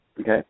Okay